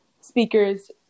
speakers